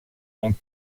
ont